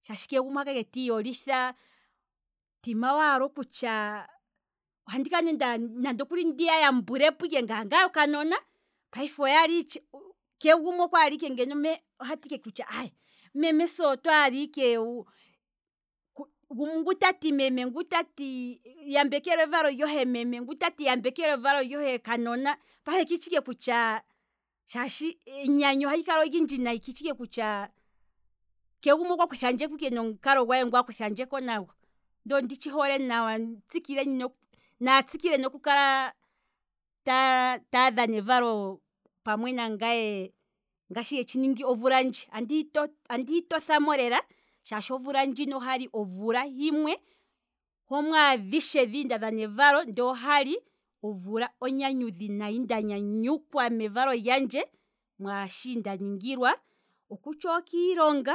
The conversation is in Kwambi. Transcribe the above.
Shaashi keshe gumwe oha kala ike tii yolitha, omutima nditye andiya ndiya yambulepo, ngaa ngaye okanona, payife oyaalaike, keshe gumwe ohati ike oh aaye, meme se otwaala ike, gumwe ngu tati meme ngu tati, yambekelwa evalo lyohe meme, yambekelwa evalo lyohe kanona, payife kiitshi ike kutya, enyanyu ohali kala olindji nayi, kiitshi ike kutya, keshe gumwe okwa kuthandjeko ike nomukalo gwe ngu akutha ndjeko nago, nde ondi tshi hole, tsikileni, naa tsikile noku kala taya dhana evalo pamwe nangaye ngaashi yetshi ningi omvula ndji, andi andi hi tothamo lela, shaashi omvula ndjino okwali omvula himwe, homwaa dhishe nda dhana evalo. ndele ohali omvula onyanyudhi nayi nda nyanyukwa mevalo lyandje mwashi nda ningilwa, okutya okiilonga